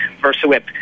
VersaWhip